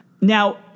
Now